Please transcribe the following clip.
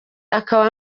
akaba